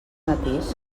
matís